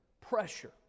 pressure